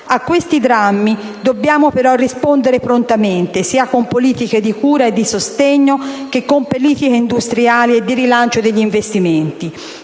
A questi drammi dobbiamo però rispondere prontamente sia con politiche di cura e di sostegno che con politiche industriali e di rilancio degli investimenti.